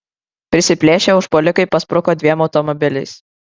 prisiplėšę užpuolikai paspruko dviem automobiliais